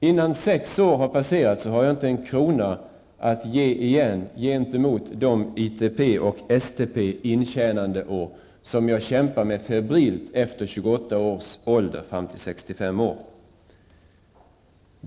Innan sex år har passerat, har jag inte en krona att ''ge igen'' gentemot de ITP och STP-intjänandeår som jag febrilt kämpar med från 28 års ålder fram till 65 år.